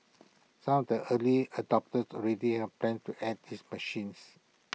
some of the early adopters already have plans to add these machines